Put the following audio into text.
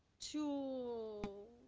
to.